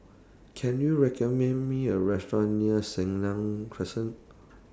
Can YOU recommend Me A Restaurant near Senang Crescent